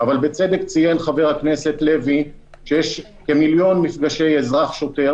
בצדק ציין חבר הכנסת לוי שיש כמיליון מפגשי אזרח-שוטר